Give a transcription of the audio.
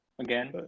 again